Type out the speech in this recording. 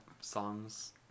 songs